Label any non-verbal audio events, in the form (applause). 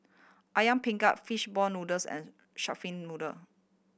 ayam (unintelligible) fish ball noodles and shark fin noodle